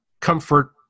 comfort